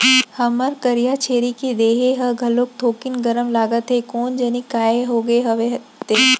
हमर करिया छेरी के देहे ह घलोक थोकिन गरम लागत हे कोन जनी काय होगे हवय ते?